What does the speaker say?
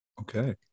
Okay